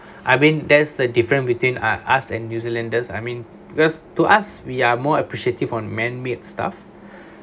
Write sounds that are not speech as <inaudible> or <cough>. I mean that's the difference between uh us and new zealanders I mean because to us we are more appreciative on man-made stuff <breath>